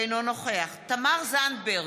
אינו נוכח תמר זנדברג,